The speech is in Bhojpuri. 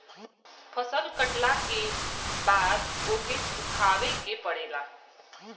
फसल कटला के बाद ओके सुखावे के पड़ेला